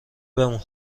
بمون